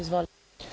Izvolite.